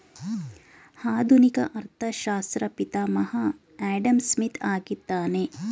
ಆಧುನಿಕ ಅರ್ಥಶಾಸ್ತ್ರ ಪಿತಾಮಹ ಆಡಂಸ್ಮಿತ್ ಆಗಿದ್ದಾನೆ